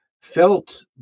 felt